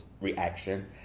reaction